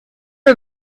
are